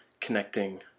connecting